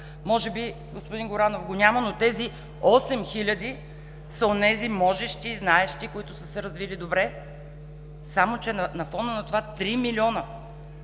Може би господин Горанов го няма, но тези 8 хил. са онези можещи, знаещи, които са се развили добре, само че на фона на това три милиона